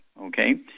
okay